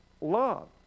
love